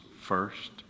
first